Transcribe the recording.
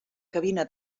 cabina